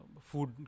food